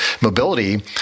mobility